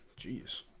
Jeez